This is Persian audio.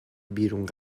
بیرون